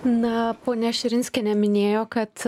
na ponia širinskienė minėjo kad